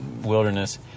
Wilderness